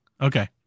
Okay